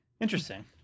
Interesting